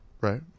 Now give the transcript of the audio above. Right